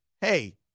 hey